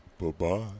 Bye-bye